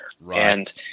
Right